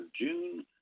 June